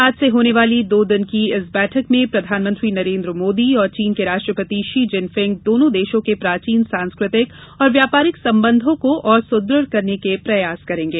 आज से होने वाली दो दिन की इस बैठक में प्रधानमंत्री नरेन्द्र मोदी और चीन के राष्ट्रपति शी जिनफिंग दोनों देश के प्राचीन सांस्कृतिक और व्यापारिक संबंधों को और सुदृढ़ करने के प्रयास करेंगे